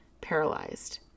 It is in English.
paralyzed